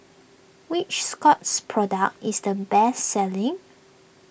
which Scott's product is the best selling